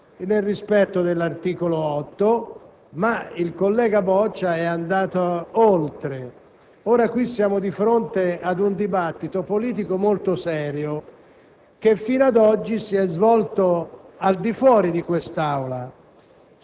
nel rispetto dell'articolo 8, ma il collega Boccia è andato oltre. Ora, qui siamo di fronte ad un dibattito politico molto serio, che fino ad oggi si è svolto al di fuori di quest'Aula,